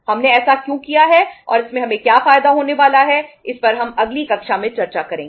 हमने ऐसा क्यों किया है और इससे हमें क्या फायदा होने वाला है इस पर हम अगली कक्षा में चर्चा करेंगे